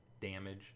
damage